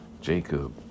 Jacob